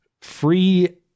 free